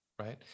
right